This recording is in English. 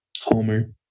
Homer